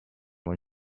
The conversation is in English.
when